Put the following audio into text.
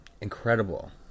incredible